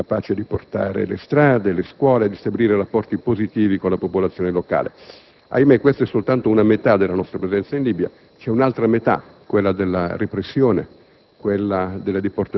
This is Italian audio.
di altri Paesi, capace di portare le strade, le scuole e di stabilire rapporti positivi con la popolazione locale. Ma - ahimè - questa è soltanto una metà della nostra presenza in Libia; c'è un'altra metà, quella della repressione,